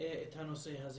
את הנושא הזה.